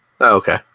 okay